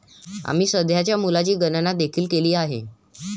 आम्ही सध्याच्या मूल्याची गणना देखील केली आहे